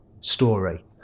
story